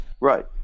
Right